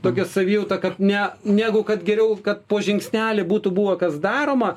tokią savijautą kad ne negu kad geriau kad po žingsnelį būtų buvo kas daroma